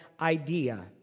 idea